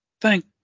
thank